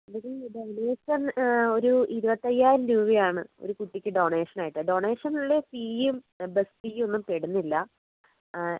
ഇവിടെ ഡോണേഷൻ ഒരു ഇരുപത്തയ്യായിരം രൂപയാണ് ഒരു കുട്ടിക്ക് ഡോണേഷനായിട്ട് ഡോണേഷനിൽ ഫീയും ബസ്സ് ഫീയൊന്നും പെടുന്നില്ല